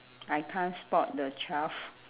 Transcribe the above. I can't spot the twelfth